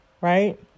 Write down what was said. right